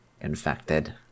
infected